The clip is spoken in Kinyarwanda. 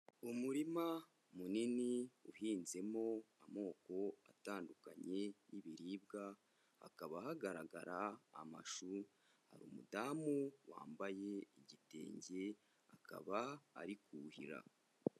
Umurima munini uhinzemo amoko atandukanye y'ibiribwa, hakaba hagaragara amashu, hari umudamu wambaye igitenge akaba ari kuhira.